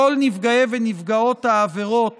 כל נפגעי ונפגעות העבירות